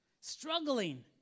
Struggling